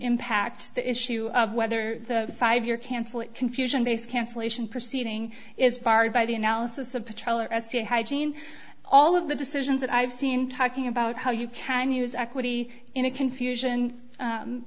impact the issue of whether the five year cancel confusion based cancellation proceeding is barred by the analysis of patrol arrested hygene all of the decisions that i've seen talking about how you can use equity in a confusion